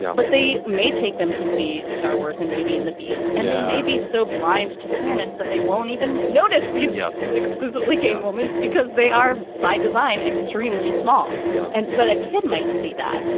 yeah but they may take them to see star wars and beauty and the beast and maybe so blind to queerness that they won't even notice these. yes, exclusively gay moments, because they are by design, extremely small. yeah and but a kid might see that.